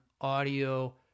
audio